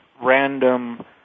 random